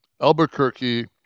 Albuquerque